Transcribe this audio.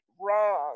wrong